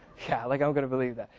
yeah, like i'm gonna believe that!